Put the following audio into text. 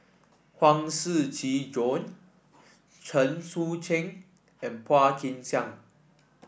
Huang Shiqi Joan Chen Sucheng and Phua Kin Siang